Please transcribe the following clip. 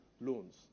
loans